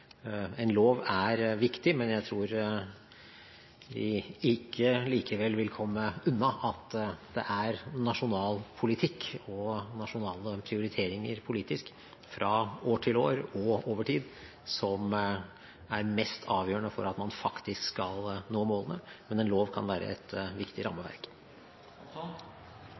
En lov er viktig, men jeg tror likevel ikke vi vil komme unna at det er nasjonal politikk og nasjonale prioriteringer politisk fra år til år og over tid som er mest avgjørende for at man faktisk skal nå målene. Men en lov kan være et viktig rammeverk.